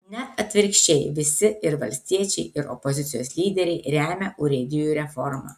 net atvirkščiai visi ir valstiečiai ir opozicijos lyderiai remia urėdijų reformą